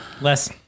Less